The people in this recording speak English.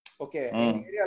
Okay